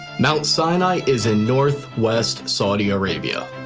mount sinai is in northwest saudi arabia.